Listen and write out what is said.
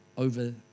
over